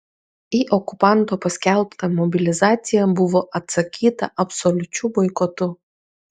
į okupanto paskelbtą mobilizaciją buvo atsakyta absoliučiu boikotu